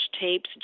tapes